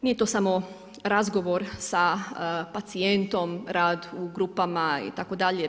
Nije to samo razgovor sa pacijentom, rad u grupama itd.